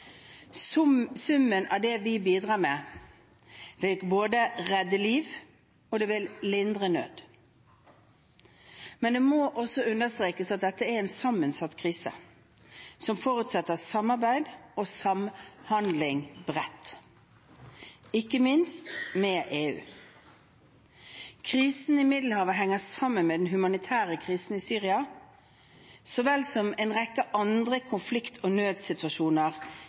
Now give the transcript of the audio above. Summen av det vi bidrar med, vil både redde liv og lindre nød. Men det må også understrekes at dette er en sammensatt krise, som forutsetter samarbeid og samhandling bredt, ikke minst med EU. Krisen i Middelhavet henger sammen med den humanitære krisen i Syria, så vel som en rekke andre konflikt- og nødsituasjoner